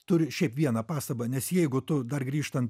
turiu šiaip vieną pastabą nes jeigu tu dar grįžtant